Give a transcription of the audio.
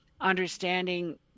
understanding